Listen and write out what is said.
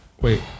wait